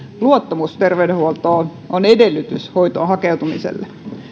luottamus terveydenhuoltoon on edellytys hoitoon hakeutumiselle